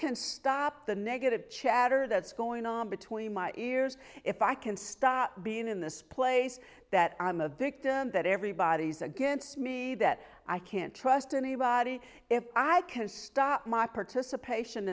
can stop the negative chatter that's going on between my ears if i can stop being in this place that i'm a victim that everybody's against me that i can't trust anybody if i can stop my participation